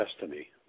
destiny